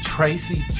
Tracy